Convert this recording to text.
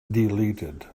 deleted